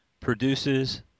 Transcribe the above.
produces